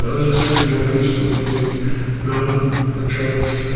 there's actually one person that lives in melbourne and travels,